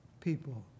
people